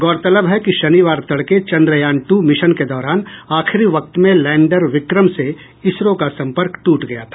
गौरतलब है कि शनिवार तड़के चंद्रयान टू मिशन के दौरान आखिरी वक्त में लैंडर विक्रम से इसरो का संपर्क टूट गया था